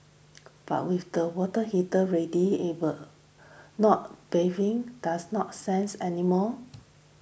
but with the water heater readily ever not bathing does not sense anymore